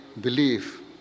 belief